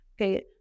okay